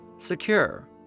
secure